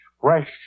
fresh